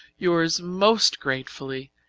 yours most gratefully,